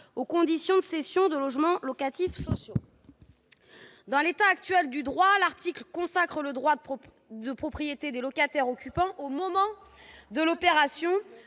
aux conditions de cession de logements locatifs sociaux. En l'état actuel, il consacre le droit de priorité des locataires occupants au moment de l'opération,